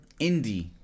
indie